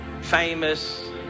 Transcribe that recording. famous